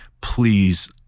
please